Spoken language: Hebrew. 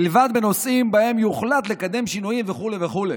מלבד בנושאים שבהם יוחלט לקדם שינויים וכו' וכו'.